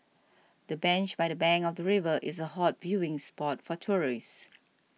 the bench by the bank of the river is a hot viewing spot for tourists